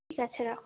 ঠিক আছে রাখুন